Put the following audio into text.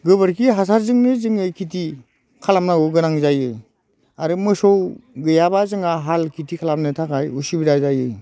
गोबोरखि हासारजोंनो जोङो खिथि खालामनांगौ गोनां जायो आरो मोसौ गैयाब्ला जोंहा हाल खिथि खालामनो थाखाय उसुबिदा जायो